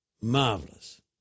marvelous